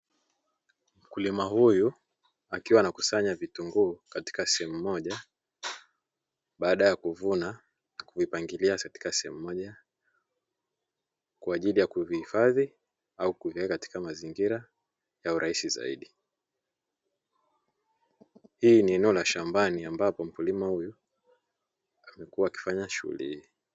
Mkulima huyu akiwa anakusanya vitunguu katika sehemu moja baada ya kuvuna kuvipangilia katika sehemu moja, kwa ajili ya kuvihifadhi au kuviweka katika mazingira ya urahisi zaidi. Hili ni eneo la shambani ambapo mkulima huyu amekuwa akifanya shughuli hii.